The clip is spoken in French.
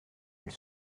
elle